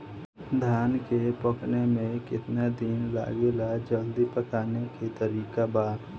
धान के पकने में केतना दिन लागेला जल्दी पकाने के तरीका बा?